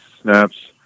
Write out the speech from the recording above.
snaps